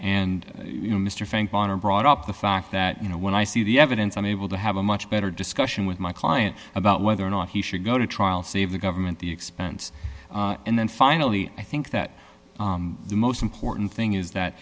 bonner brought up the fact that you know when i see the evidence i'm able to have a much better discussion with my client about whether or not he should go to trial save the government the expense and then finally i think that the most important thing is that